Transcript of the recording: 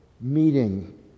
meeting